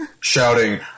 shouting